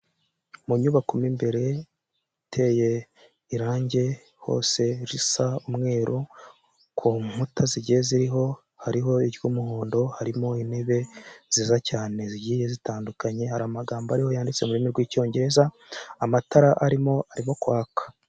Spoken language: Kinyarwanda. Mu nyubako mo imbere, iteye irange hose risa umweru, ku nkuta zigeze ziriho, hariho iry'umuhondo, harimo intebe nziza cyane zigiye zitandukanye, hari amagambo ariho yanditse mu rurimi rw'icyongereza, amatara arimo, arimo kwaka.